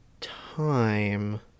time